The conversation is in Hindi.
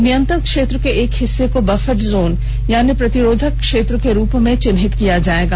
नियंत्रण क्षेत्र के एक हिस्से को बफर जोन यानी प्रतिरोधक क्षेत्र के रूप में चिन्हित किया जाएगा